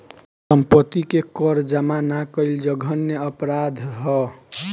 सम्पत्ति के कर जामा ना कईल जघन्य अपराध ह